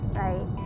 right